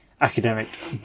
academic